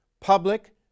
public